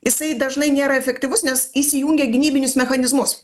jisai dažnai nėra efektyvus nes įsijungia gynybinius mechanizmus